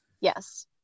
Yes